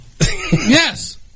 Yes